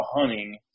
hunting